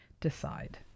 decide